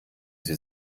sie